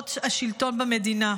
במערכות השלטון במדינה.